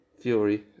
fury